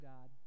God